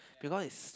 because it's so